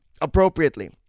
appropriately